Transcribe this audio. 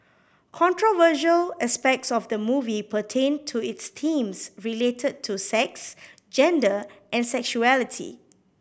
controversial aspects of the movie pertained to its themes related to sex gender and sexuality